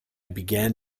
began